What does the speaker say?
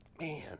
man